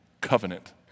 covenant